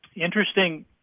Interesting